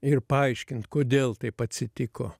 ir paaiškint kodėl taip atsitiko